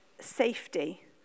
safety